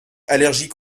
allergique